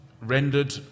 rendered